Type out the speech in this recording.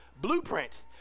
Blueprint